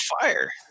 fire